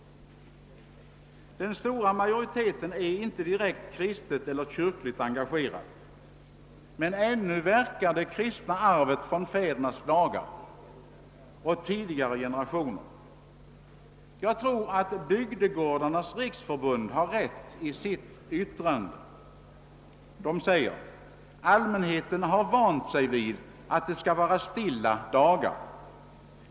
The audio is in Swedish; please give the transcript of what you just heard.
Den stora majoriteten är inte direkt kristet eller kyrkligt engagerad, men ännu verkar det kristna arvet från fädernas dagar och tidigare generationer. Jag tror att Bygdegårdarnas ' riksförbund har rätt i sitt yttrande att allmänheten har vant sig vid att det skall vara »stilla dagar».